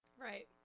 right